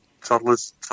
toddlers